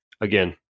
again